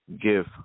Give